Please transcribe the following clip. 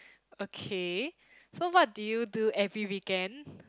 okay so what do you do every weekend